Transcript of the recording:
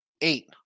Eight